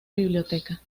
biblioteca